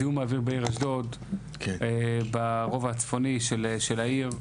זיהום האוויר בעיר אשדוד, ברובע הצפוני של העיר.